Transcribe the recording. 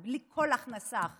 בלי קצבת זקנה ובלי כל הכנסה אחרת,